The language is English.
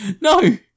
No